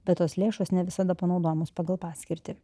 bet tos lėšos ne visada panaudojamos pagal paskirtį